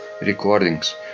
recordings